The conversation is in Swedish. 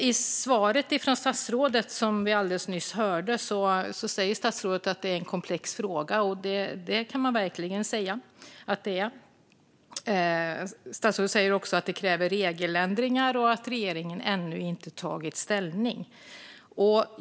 I svaret som vi alldeles nyss hörde säger statsrådet att det är en komplex fråga, och det kan man verkligen säga att det är. Statsrådet säger också att det krävs regeländringar och att regeringen ännu inte har tagit ställning.